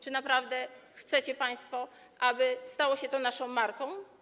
Czy naprawdę chcecie państwo, aby stało się to naszą marką?